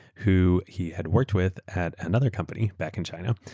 who he had worked with at another company back in china,